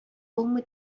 булмый